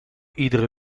iedere